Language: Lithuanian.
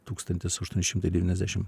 tūkstantis aštuoni šimtai devyniasdešim